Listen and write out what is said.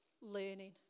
learning